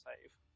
save